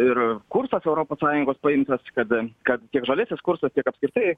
ir kursas europos sąjungos paimtas kad kad tiek žaliasis kursas tiek apskritai